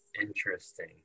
Interesting